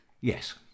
Yes